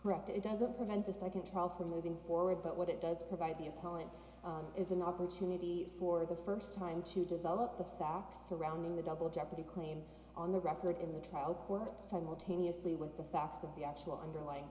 some it doesn't prevent the second trial from moving forward but what it does provide the opponent is an opportunity for the first time to develop the facts surrounding the double jeopardy claim on the record in the trial court simultaneously with the facts of the actual underlying